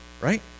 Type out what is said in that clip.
right